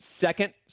second